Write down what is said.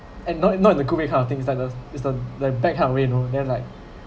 and not in not in the good way kind of things like the is the the bad kind of way you know then like